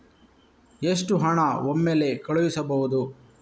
ಎಷ್ಟು ಹಣ ಒಮ್ಮೆಲೇ ಕಳುಹಿಸಬಹುದು?